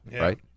right